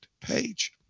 page